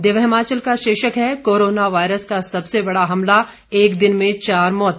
दिव्य हिमाचल का शीर्षक है कोरोना वायरस का सबसे बड़ा हमला एक दिन में चार मौते